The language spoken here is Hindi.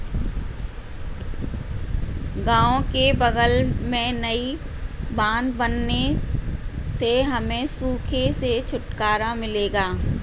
गांव के बगल में नई बांध बनने से हमें सूखे से छुटकारा मिलेगा